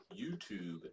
YouTube